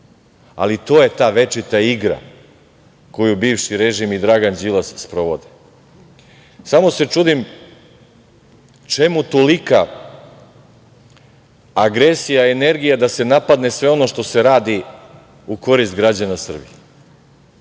je ta večita igra koju bivši režim i Dragan Đilas sprovode. Samo se čudim čemu tolika agresija, energija da se napadne sve ono što se radi u korist građana Srbije. Da